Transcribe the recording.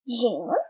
June